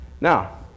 Now